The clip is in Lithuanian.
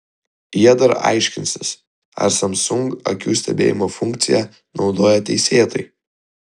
jie dar aiškinsis ar samsung akių stebėjimo funkciją naudoja teisėtai